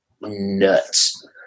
nuts